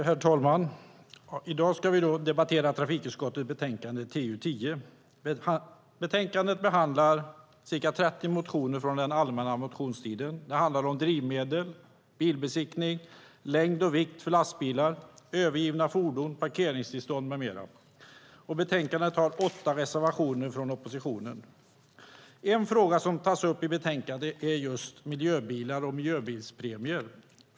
Herr talman! I dag ska vi debattera trafikutskottets betänkande TU10. Betänkandet behandlar ca 30 motioner från den allmänna motionstiden. Det handlar om drivmedel, bilbesiktning, längd och vikt för lastbilar, övergivna fordon, parkeringstillstånd med mera. Betänkandet har åtta reservationer från oppositionen. En fråga som tas upp i betänkandet är just miljöbilar och miljöbilspremier.